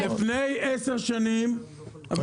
לפני עשר שנים --- פה יותר גבוהים.